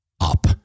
up